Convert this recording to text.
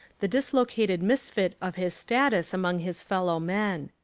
the dislo cated misfit of his status among his fellow men.